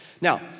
Now